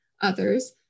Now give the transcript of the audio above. others